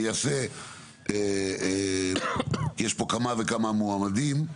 אני אעשה יש פה כמה וכמה מועמדים.